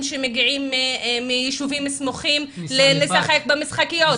שמגיעים מיישובים סמוכים לשחק במשחקיות,